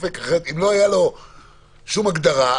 אם לא היתה לו שום הגדרה,